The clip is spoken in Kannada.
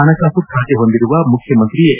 ಹಣಕಾಸು ಖಾತೆ ಹೊಂದಿರುವ ಮುಖ್ಯಮಂತ್ರಿ ಎಚ್